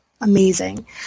amazing